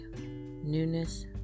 newness